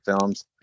films